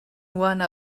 one